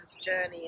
journey